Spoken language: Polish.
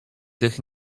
tych